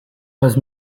was